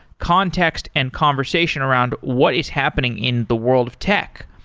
context and conversation around what is happening in the world of tech.